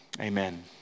amen